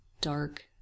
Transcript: dark